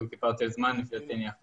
החוק